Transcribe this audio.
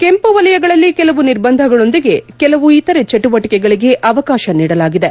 ಕೆಂಪು ವಲಯಗಳಲ್ಲಿ ಕೆಲವು ನಿರ್ಬಂಧಗಳೊಂದಿಗೆ ಕೆಲವು ಇತರೆ ಚಟುವಟಿಕೆಗಳಿಗೆ ಅವಕಾಶ ನೀಡಲಾಗಿದೆ